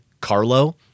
Carlo